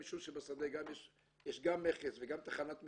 משום שבשדה יש גם מכס ויש גם תחנת משטרה,